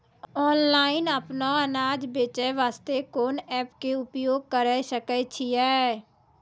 Online अपनो अनाज बेचे वास्ते कोंन एप्प के उपयोग करें सकय छियै?